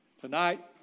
Tonight